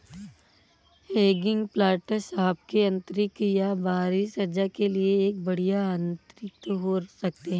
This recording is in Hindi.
हैगिंग प्लांटर्स आपके आंतरिक या बाहरी सज्जा के लिए एक बढ़िया अतिरिक्त हो सकते है